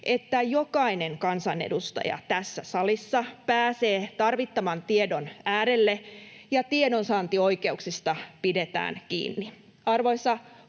että jokainen kansanedustaja tässä salissa pääsee tarvittavan tiedon äärelle ja tiedonsaantioikeuksista pidetään kiinni.